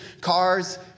cars